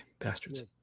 Bastards